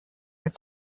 mit